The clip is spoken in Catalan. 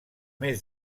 més